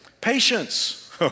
Patience